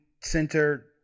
center